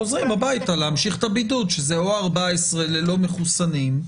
חוזרים הביתה להמשיך את הבידוד שזה או 14 ללא מחוסנים,